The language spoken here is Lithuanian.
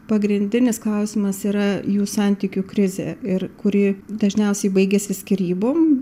pagrindinis klausimas yra jų santykių krizė ir kuri dažniausiai baigiasi skyrybom